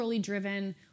driven